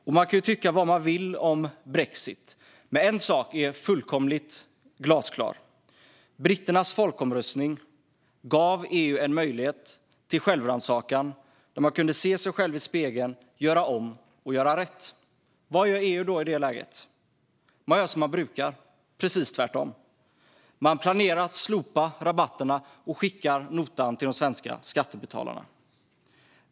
Vi kan tycka vad vi vill om brexit. Men en sak är fullkomligt glasklar: britternas folkomröstning gav EU en möjlighet till självrannsakan, en möjlighet att se sig i spegeln och att göra om och göra rätt. Vad gör EU i det läget? Man gör som man brukar - precis tvärtom. Man planerar att slopa rabatterna och skicka notan till de svenska skattebetalarna.